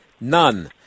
none